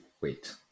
wait